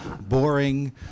boring